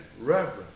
reverence